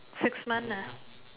six months nah